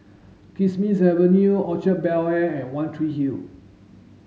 Kismis Avenue Orchard Bel Air and One Tree Hill